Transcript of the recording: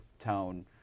tone